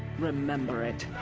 remember it.